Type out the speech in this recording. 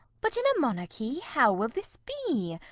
but, in a monarchy, how will this be?